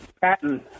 Patton